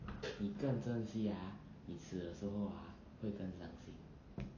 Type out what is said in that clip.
你更珍惜 ah 你死的时候 ah 会更伤心